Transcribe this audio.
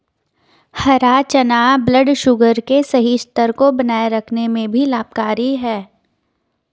हरा चना ब्लडशुगर के सही स्तर को बनाए रखने में भी लाभकारी है